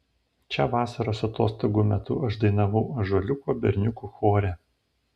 čia vasaros atostogų metu aš dainavau ąžuoliuko berniukų chore